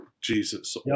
Jesus